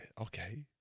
okay